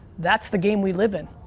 that's the game we live in,